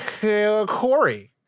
Corey